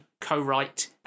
co-write